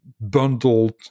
bundled